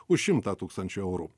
už šimtą tūkstančių eurų